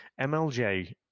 MLJ